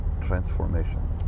transformation